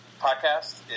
podcast